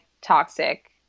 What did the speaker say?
toxic